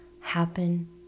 happen